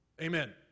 Amen